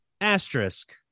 asterisk